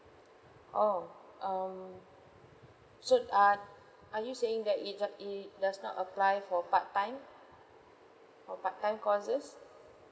oh um so ah are you saying that it's uh it does not apply for part time or part time courses